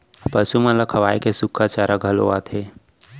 पसु मन ल खवाए के सुक्खा चारा घलौ आथे